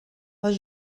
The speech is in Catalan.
els